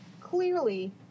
Clearly